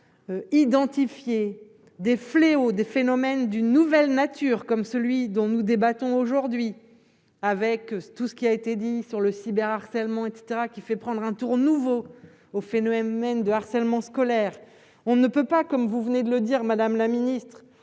identifier des fléaux des phénomènes d'une nouvelle nature comme celui dont nous débattons aujourd'hui avec tout ce qui a été dit sur le cyber-harcèlement etc qui fait prendre un tour nouveau au phénomène de harcèlement scolaire. On ne peut pas, comme vous venez de le dire, Madame la Ministre,